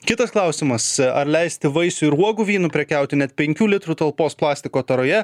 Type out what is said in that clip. kitas klausimas ar leisti vaisių ir uogų vynu prekiauti net penkių litrų talpos plastiko taroje